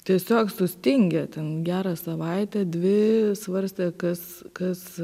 tiesiog sustingę ten gerą savaitę dvi svarstė kas kas